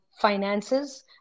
finances